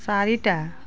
চাৰিটা